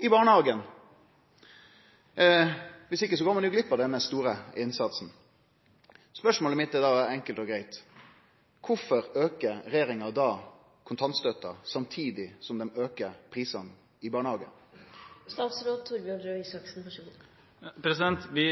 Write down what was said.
i barnehagen? Viss ikkje går ein jo glipp av denne store innsatsen. Spørsmålet mitt er enkelt og greitt: Kvifor aukar regjeringa kontantstøtta samtidig som dei aukar prisane i barnehagen? Vi